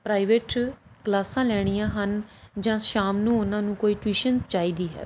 private ਕਲਾਸਾਂ ਲੈਣੀਆਂ ਹਨ ਜਾਂ ਸ਼ਾਮ ਨੂੰ ਉਨ੍ਹਾਂ ਨੂੰ ਕੋਈ ਟਿਊਸ਼ਨ ਚਾਹੀਦੀ ਹੈ